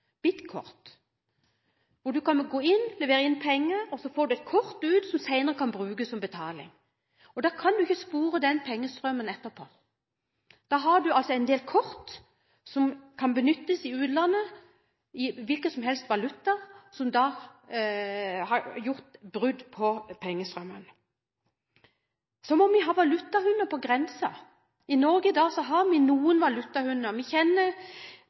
kort som senere kan brukes som betaling. Da kan en ikke spore den pengestrømmen etterpå. Da har en en del kort som kan benyttes i utlandet, i en hvilken som helst valuta, og som da har gjort brudd på pengestrømmene. Så må vi har valutahunder på grensen. I Norge har vi i dag noen valutahunder. Vi kjenner